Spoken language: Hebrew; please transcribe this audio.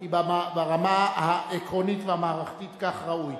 כי ברמה העקרונית והמערכתית כך ראוי.